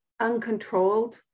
uncontrolled